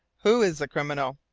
who is the criminal?